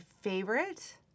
favorite